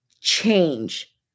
change